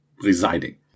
residing